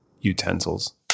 utensils